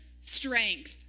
strength